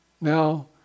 Now